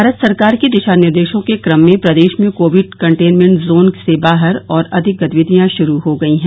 भारत सरकार के दिशा निर्देशों के क्रम में प्रदेश में कोविड कंटेनमेंट जोन से बाहर और अधिक गतिविधियां शुरू हो गई है